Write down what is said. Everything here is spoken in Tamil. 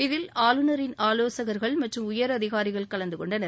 இதில் ஆளுநரின் ஆலோசகர்கள் மற்றும் உயர் அதிகாரிகள் கலந்து கொண்டனர்